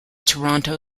toronto